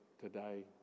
today